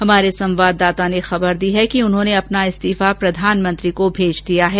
हमारे संवाददाता ने खबर दी है कि उन्होंने अपना इस्तीफा प्रधानमंत्री को भेज दिया है